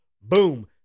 boom